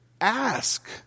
ask